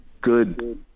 good